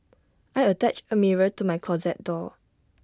I attached A mirror to my closet door